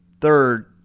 third